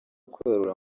kwerura